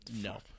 No